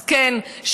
אז כן,